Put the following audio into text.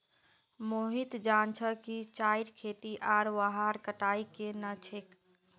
मोहित जान छ कि चाईर खेती आर वहार कटाई केन न ह छेक